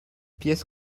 pièce